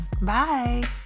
Bye